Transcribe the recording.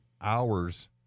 hours